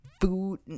food